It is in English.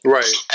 Right